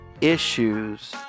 issues